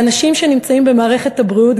האנשים שנמצאים במערכת הבריאות,